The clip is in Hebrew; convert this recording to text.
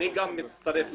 גם אני מצטרף לרוויזיה.